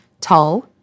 tall